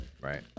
Right